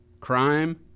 Crime